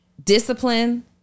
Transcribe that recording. Discipline